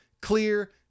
Clear